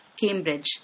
Cambridge